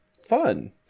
fun